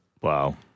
Wow